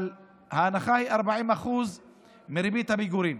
אבל ההנחה היא 40% מריבית הפיגורים.